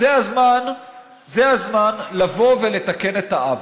זה הזמן לבוא ולתקן את העוול,